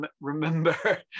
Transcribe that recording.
Remember